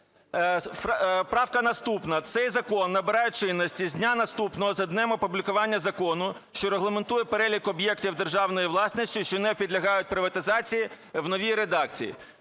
Правка наступна. Цей закон набирає чинності з дня, наступного за днем опублікування закону, що регламентує перелік об'єктів державної власності, що не підлягають приватизації в новій редакції.